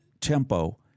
tempo